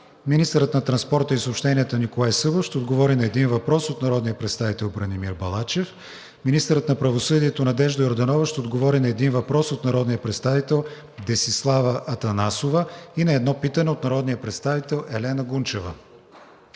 министърът на транспорта и съобщенията Николай Събев ще отговори на един въпрос от народния представител Бранимир Балачев; - министърът на правосъдието Надежда Йорданова ще отговори на един въпрос от народния представител Десислава Атанасова и на едно питане от народния представител Елена Гунчева;